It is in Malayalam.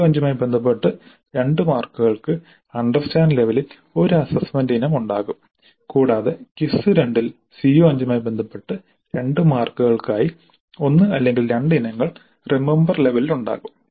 CO5 മായി ബന്ധപ്പെട്ട 2 മാർക്കുകൾക്ക് അണ്ടർസ്റ്റാൻഡ് ലെവലിൽ ഒരു അസ്സസ്സ്മെന്റ് ഇനം ഉണ്ടാകും കൂടാതെ ക്വിസ് 2 ൽ CO5 മായി ബന്ധപ്പെട്ട 2 മാർക്കുകൾക്കായി 1 അല്ലെങ്കിൽ 2 ഇനങ്ങൾ റിമമ്പർ ലെവലിൽ ഉണ്ടാകും